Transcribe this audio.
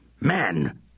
Man